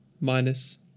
minus